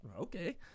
okay